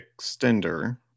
extender